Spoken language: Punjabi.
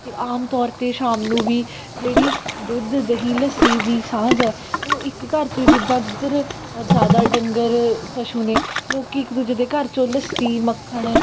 ਅਤੇ ਆਮ ਤੌਰ 'ਤੇ ਸ਼ਾਮ ਨੂੰ ਵੀ ਜਿਹੜੀ ਦੁੱਧ ਦਹੀਂ ਲੱਸੀ ਦੀ ਸਾਂਝ ਹੈ ਉਹ ਇੱਕ ਘਰ 'ਚ ਜਿੱਦਾਂ ਜਿੱਧਰ ਜ਼ਿਆਦਾ ਡੰਗਰ ਪਸ਼ੂ ਨੇ ਲੋਕ ਇੱਕ ਦੂਜੇ ਦੇ ਘਰ 'ਚੋਂ ਲੱਸੀ ਮੱਖਣ